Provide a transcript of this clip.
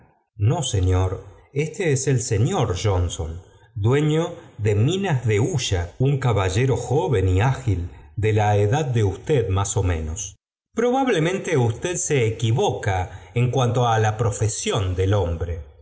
no señor éste es el eeñor johnson dueño de minas de hulía un caballero joven y ágil de la edad de usted más ó menos probablemente usted se equivoca en cuanto á la profesión del hombre